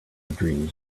dreams